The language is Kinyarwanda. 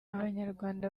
abanyarwanda